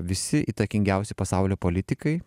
visi įtakingiausi pasaulio politikai